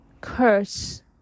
curse